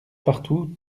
partout